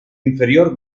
inferior